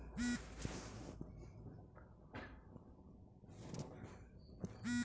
रबरक गाछ एक सय चालीस मीटर तक उँच होइ छै